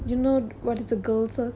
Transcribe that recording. mm no